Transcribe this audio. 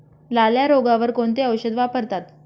लाल्या रोगावर कोणते औषध वापरतात?